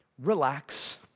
Relax